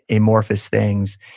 amorphous things,